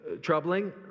troubling